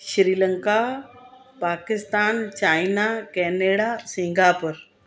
Sri Lanka Pakistan China Canada Singapore